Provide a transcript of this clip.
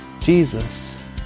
Jesus